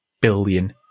billion